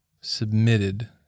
submitted